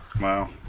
Wow